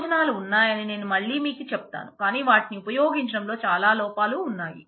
ప్రయోజనాలు ఉన్నాయని నేను మళ్ళీ మీకు చెప్తాను కాని వాటిని ఉపయోగించడంలో చాలా లోపాలు ఉన్నాయి